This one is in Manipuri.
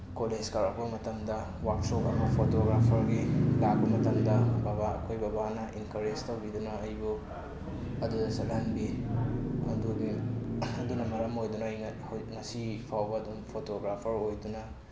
ꯀꯣꯂꯦꯖ ꯀꯥꯔꯛꯄ ꯃꯇꯝꯗ ꯋꯥꯛꯁꯣꯞ ꯑꯃ ꯐꯣꯇꯣꯒ꯭ꯔꯥꯐꯔꯒꯤ ꯂꯥꯛꯄ ꯃꯇꯝꯗ ꯕꯕꯥ ꯑꯩꯈꯣꯏ ꯕꯕꯥꯅ ꯑꯦꯟꯀꯔꯦꯖ ꯇꯧꯕꯤꯗꯨꯅ ꯑꯩꯕꯨ ꯑꯗꯨꯗ ꯆꯠꯍꯟꯕꯤ ꯑꯗꯨꯒꯤ ꯑꯗꯨꯅ ꯃꯔꯝ ꯑꯣꯏꯗꯨꯅ ꯑꯩꯅ ꯍꯣꯏ ꯉꯁꯤ ꯐꯥꯎꯕ ꯑꯗꯨꯝ ꯐꯣꯇꯣꯒ꯭ꯔꯥꯐꯔ ꯑꯣꯏꯗꯨꯅ